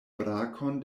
brakon